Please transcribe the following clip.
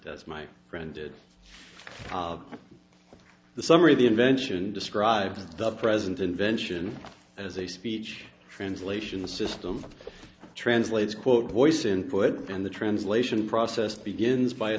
does my friend did the summary of the invention describes the present invention as a speech translation system translates quote voice input and the translation process begins by